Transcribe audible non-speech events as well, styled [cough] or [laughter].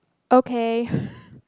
okay [breath]